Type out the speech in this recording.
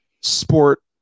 sport